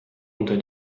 unter